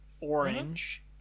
orange